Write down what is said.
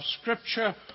Scripture